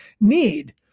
need